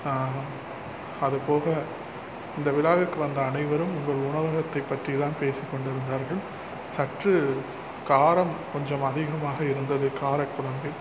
அதுபோக இந்த விழாவிற்கு வந்த அனைவரும் உங்கள் உணவகத்தை பற்றிதான் பேசிக்கொண்டிருந்தார்கள் சற்று காரம் கொஞ்சம் அதிகமாக இருந்தது காரக்குழம்பில்